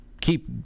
keep